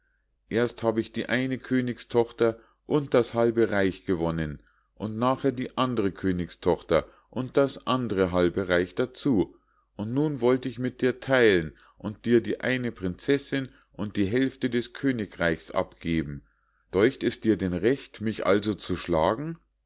erst hab ich die eine königstochter und das halbe reich gewonnen und nachher die andre königstochter und das andre halbe reich dazu und nun wollte ich mit dir theilen und dir die eine prinzessinn und die hälfte des königreichs abgeben däucht es dir denn recht mich also zu schlagen